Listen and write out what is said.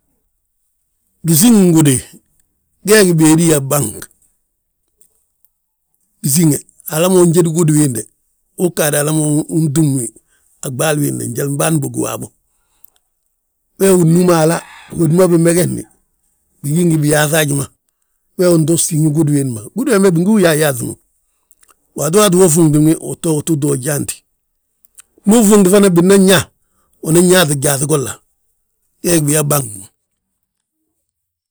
Gisiŋi gudi, gee gi béedi yaa bang, gisíŋe hala unjédi gudi wiinde, uu ggaade hala ma untúmwi, a ɓaali wiinde njan bâan bógi waabo. We unúmi hala, hódi ma bimagesni bigí ngi biyaaŧi haji ma, wee wi unto síŋi gudi wiindi ma, gudi wembe bingú yayaaŧi mo. Waato waati we fuuŋti wi uu tto uttu to yaanti. ndu ufuuŋti fana bina nñaa, unan yaaŧi gyaaŧ golla gee gi biyaa bang ma.